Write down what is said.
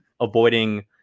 avoiding